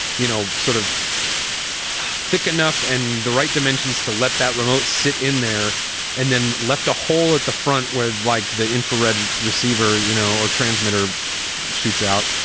you know, sort of thick enough and the right dimensions to let that remote sit in there and then left a hole at the front where, like the infrared receiver, you know, or transmitter shoots out.